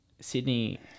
Sydney